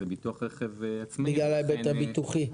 בגלל ההיבט הביטוחי.